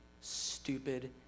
stupid